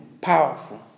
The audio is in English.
powerful